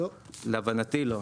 להבנתי לא.